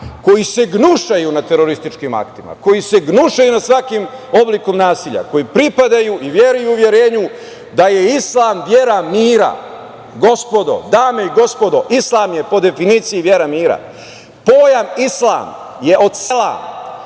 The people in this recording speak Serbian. koji se gnušaju nad terorističkim aktima, koji se gnušaju nad svakim oblikom nasilja, koji pripadaju i veri i uverenju da je islam vera mira, gospodo, dame i gospodo, islam je po definiciji vera mira, pojam islam je od "selam",